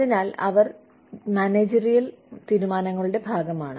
അതിനാൽ അവർ മാനേജറിയൽ തീരുമാനങ്ങളുടെ ഭാഗമാണ്